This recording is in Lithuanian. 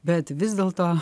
bet vis dėlto